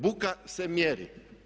Buka se mjeri.